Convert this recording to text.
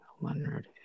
Leonard